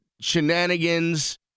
shenanigans